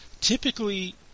Typically